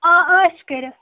آ ٲش کٔرِتھ